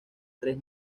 tres